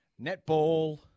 netball